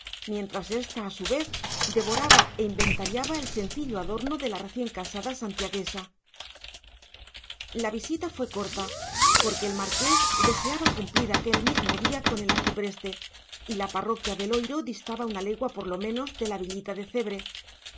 mientras ésta a su vez devoraba e inventariaba el sencillo adorno de la recién casada santiaguesa la visita fue corta porque el marqués deseaba cumplir aquel mismo día con el arcipreste y la parroquia de loiro distaba una legua por lo menos de la villita de cebre